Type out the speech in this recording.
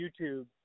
YouTube